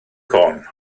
corn